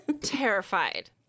Terrified